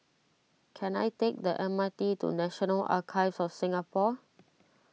can I take the M R T to National Archives of Singapore